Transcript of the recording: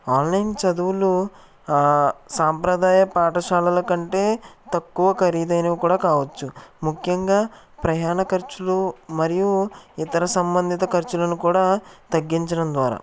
online చదువులు సాంప్రదాయ పాఠశాలల కంటే తక్కువ ఖరీదైనవి కూడా కావచ్చు ముఖ్యంగా ప్రయాణ ఖర్చులు మరియు ఇతర సంబంధిత ఖర్చులను కూడా తగ్గించడం ద్వారా